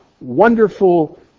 wonderful